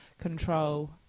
control